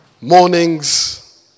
mornings